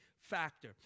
factor